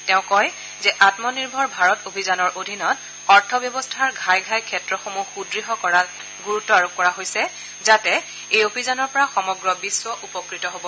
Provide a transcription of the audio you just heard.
তেওঁ কয় যে আমনিৰ্ভৰ ভাৰত অভিযানৰ অধীনত অৰ্থব্যৱস্থাৰ ঘাই ঘাই ক্ষেত্ৰসমূহ সুদ্য় কৰাৰ গুৰুত্ব আৰোপ কৰা হৈছে যাতে এই অভিযানৰ পৰা সমগ্ৰ বিশ্ব উপকৃত হব